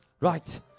Right